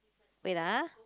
wait ah